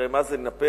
הרי מה זה לנפץ?